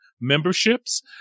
memberships